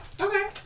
Okay